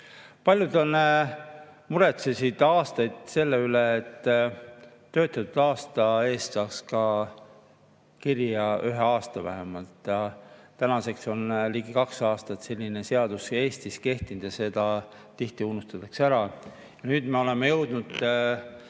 Paljud muretsesid aastaid selle pärast, et iga töötatud aasta eest saaks ka kirja vähemalt ühe aasta. Tänaseks on ligi kaks aastat selline seadus Eestis kehtinud ja see tihti unustatakse ära. Nüüd me oleme jõudnud